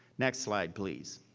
next slide, please.